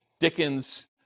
Dickens